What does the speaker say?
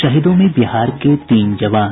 शहीदों में बिहार के तीन जवान